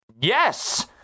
yes